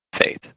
faith